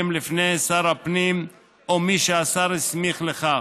לפני שר הפנים או מי שהשר הסמיך לכך,